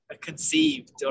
conceived